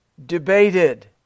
debated